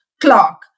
clock